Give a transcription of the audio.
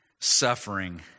suffering